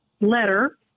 letter